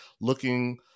looking